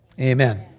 amen